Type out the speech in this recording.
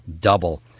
double